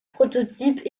prototypes